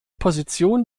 position